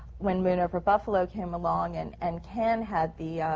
when moon over buffalo came along, and and ken had the